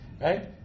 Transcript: right